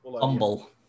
Humble